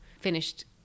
finished